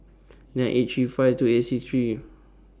nine eight three five two eight six three two six